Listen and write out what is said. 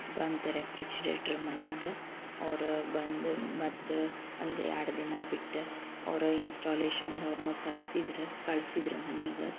ಬಂತು ರೆಫ್ರಿಜಿರೇಟರ್ ಮನೀಗ ಅವರು ಬಂದು ಮತ್ತು ಒಂದು ಎರಡು ದಿನ ಬಿಟ್ಟು ಅವರು ಇನ್ಸ್ಟಾಲೇಷನ್ನವರನ್ನೂ ಕರೆಸಿದರು ಕಳ್ಸಿದ್ರು ಮನೀಗ